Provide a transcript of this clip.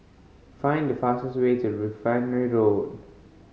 find the fastest way to Refinery Road